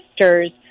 sisters